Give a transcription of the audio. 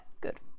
good